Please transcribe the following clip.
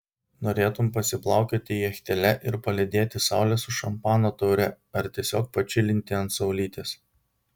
norėtum pasiplaukioti jachtele ir palydėti saulę su šampano taure ar tiesiog pačilinti ant saulytės